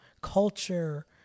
culture